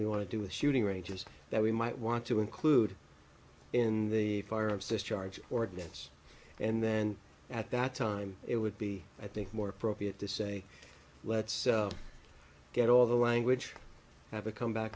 we want to do with shooting ranges that we might want to include in the firearm sr charge ordinance and then at that time it would be i think more appropriate to say let's get all the language have a come back